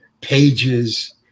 pages